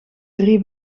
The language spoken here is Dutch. drie